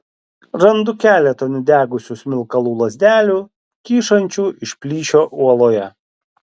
randu keletą nudegusių smilkalų lazdelių kyšančių iš plyšio uoloje